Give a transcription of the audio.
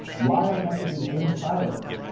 why are messages in silos?